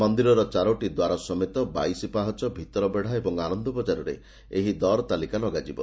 ମନ୍ଦିରର ଚାରୋଟି ଦ୍ୱାର ସମେତ ବାଇଶି ପାହାଚ ଭିତରବେତା ଓ ଆନନ୍ଦ ବଜାରରେ ଏହି ଦର ତାଲିକା ଲଗାଯିବ